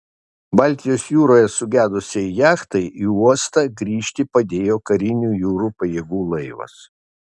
baltijos jūroje sugedusiai jachtai į uostą grįžti padėjo karinių jūrų pajėgų laivas